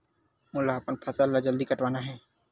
मोला अपन फसल ला जल्दी कटवाना हे?